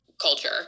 culture